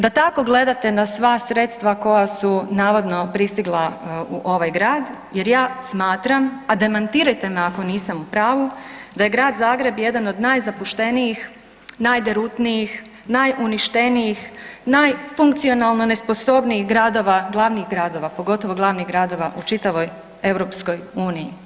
Da tako gledate na sva sredstva koja su navodno pristigla u ovaj grad jer ja smatram, a demantirajte me ako nisam u pravu, da je grad Zagreb jedan od napuštenijih, najderutnijih, najuništenijih, naj funkcionalno nesposobnijih gradova, glavnih gradova, pogotovo glavnih gradova u čitavoj EU.